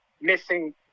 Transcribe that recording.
missing